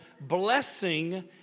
blessing